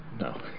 no